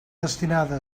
destinada